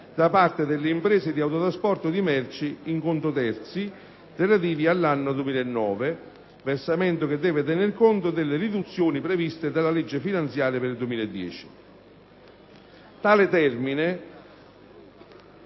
da parte delle imprese di autotrasporto di merci in conto terzi, relativi all'anno 2009, versamento che deve tenere conto delle riduzioni previste dalla legge finanziaria per il 2010. Tale termine,